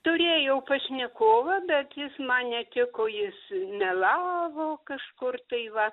turėjau pašnekovą bet jis man netiko jis melavo kažkur tai va